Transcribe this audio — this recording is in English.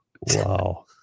Wow